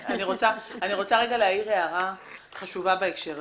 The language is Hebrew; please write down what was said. אני רוצה להעיר הערה חשובה בהקשר הזה.